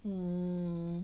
mm